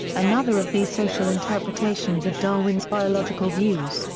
another of these social interpretations of darwin's biological views,